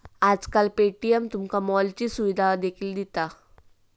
आजकाल पे.टी.एम तुमका मॉलची सुविधा देखील दिता